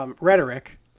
rhetoric